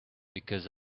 because